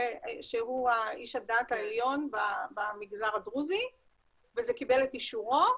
שהוא איש הדת העליון במגזר הדרוזי וזה קיבל את אישורו,